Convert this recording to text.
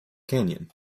canyon